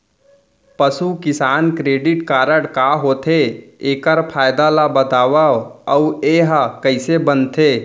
पसु किसान credit card का होथे, एखर फायदा ला बतावव अऊ एहा कइसे बनथे?